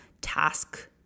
task